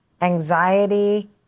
anxiety